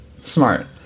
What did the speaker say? smart